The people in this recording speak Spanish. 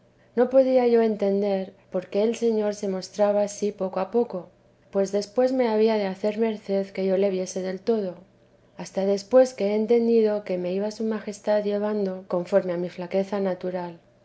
no podía yo entender por qué el señor se mostraba ansí poco a poco pues después me había de hacer merced que yo le viese del todo hasta después que he entendido que me iba su majestad llevando conforme a mi flaqueza natural